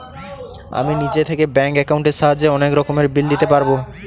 আমি নিজে থেকে ব্যাঙ্ক একাউন্টের সাহায্যে অনেক রকমের বিল দিতে পারবো